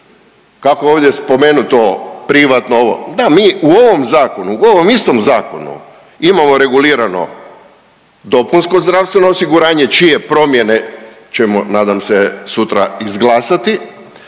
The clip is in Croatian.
kako je ovdje spomenuto privatno ovo, da mi u ovom Zakonu, ovom istom zakonu imamo regulirano dopunsko zdravstveno osiguranje, čije promjene ćemo, nadam se, sutra izglasati,